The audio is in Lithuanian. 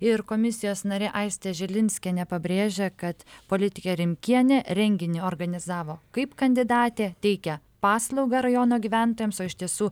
ir komisijos narė aistė žilinskienė pabrėžė kad politikė rimkienė renginį organizavo kaip kandidatė teikia paslaugą rajono gyventojams o iš tiesų